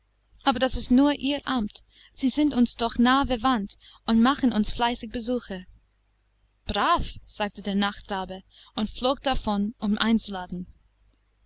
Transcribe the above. aber das ist nur ihr amt sie sind uns doch nahe verwandt und machen uns fleißig besuche brav sagte der nachtrabe und flog davon um einzuladen